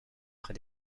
près